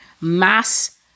Mass